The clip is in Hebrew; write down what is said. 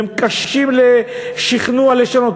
הם קשים לשכנוע ולשנות.